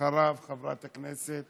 אחריו, חברת הכנסת